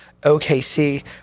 OKC